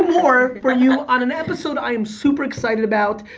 more for you on an episode i am super excited about.